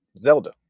Zelda